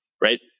right